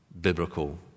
biblical